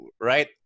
right